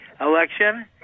election